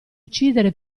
uccidere